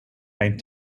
mijn